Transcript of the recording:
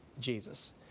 Jesus